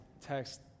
text